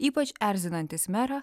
ypač erzinantis merą